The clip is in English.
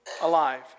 alive